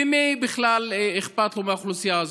ומי בכלל אכפת לו מהאוכלוסייה הזאת.